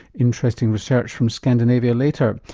interesting research from scandinavia later.